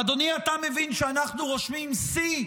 אדוני, אתה מבין שאנחנו רושמים שיא